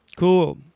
Cool